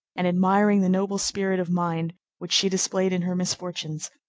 and admiring the noble spirit of mind which she displayed in her misfortunes,